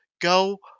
Go